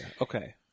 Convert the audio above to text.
okay